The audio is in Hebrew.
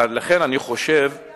ב-12